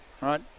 right